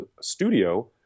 studio